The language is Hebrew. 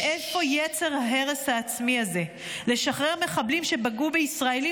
מאיפה יצר ההרס העצמי הזה לשחרר מחבלים שפגעו בישראלים,